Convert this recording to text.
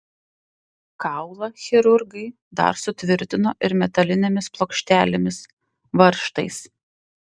kaulą chirurgai dar sutvirtino ir metalinėmis plokštelėmis varžtais